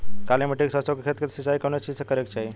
काली मिट्टी के सरसों के खेत क सिंचाई कवने चीज़से करेके चाही?